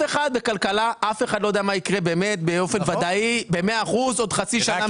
אחד בכלכלה לא יודע מה יקרה באמת באופן ודאי במאה אחוז עוד חצי שנה